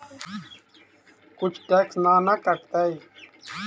कुछ टैक्स ना न कटतइ?